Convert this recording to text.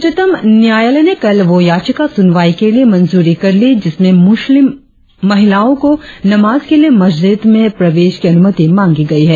उच्चतम न्यायालय ने कल वह याचिका सुनवाई के लिए मंजूरी कर ली जिसमें मुस्लिम महिलाओं को नमाज के लिए मस्जिद में प्रवेश की अनुमति मांगी गई है